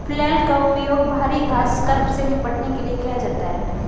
flail का उपयोग भारी घास स्क्रब से निपटने के लिए किया जाता है